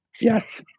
Yes